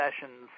sessions